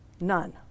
none